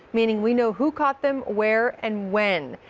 meaning we know who caught them, where and when.